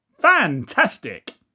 Fantastic